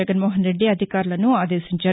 జగన్మోహన్ రెడ్డి అధికారులను ఆదేశించారు